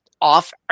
off